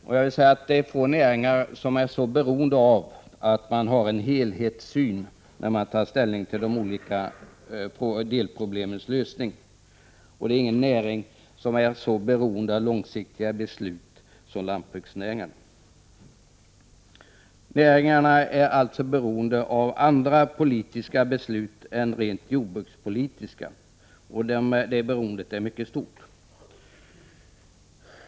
Det är få näringar som är så beroende av att man har en helhetssyn när man tar ställning till de olika delproblemens lösning. Det är ingen näring som är så beroende av långsiktiga beslut som lantbruksnäringarna. Näringarna är alltså beroende av andra politiska beslut än rent jordbrukspolitiska. Det beroendet är mycket stort.